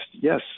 Yes